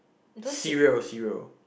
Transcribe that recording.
cereal cereal